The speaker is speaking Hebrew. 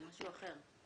זה משהו אחר.